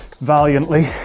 valiantly